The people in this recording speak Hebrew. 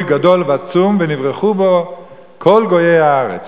גדול ועצום ונברכו בו כל גויי הארץ".